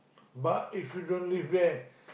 but if you don't live there